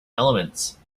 elements